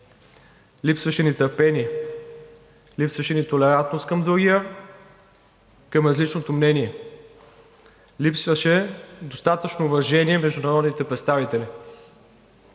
Липсваше ни търпение, липсваше ни толерантност към другия, към различното мнение. Липсваше достатъчно уважение между народните представители.